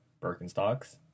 Birkenstocks